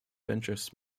ventures